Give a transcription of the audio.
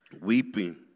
weeping